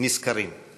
נצא נשכרים.